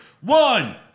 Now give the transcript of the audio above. one